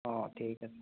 অঁ ঠিক আছে